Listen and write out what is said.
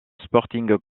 sporting